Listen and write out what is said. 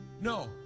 no